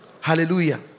Hallelujah